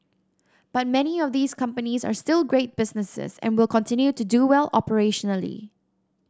but many of these companies are still great businesses and will continue to do well operationally